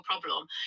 problem